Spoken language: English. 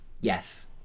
yes